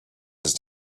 his